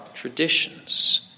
traditions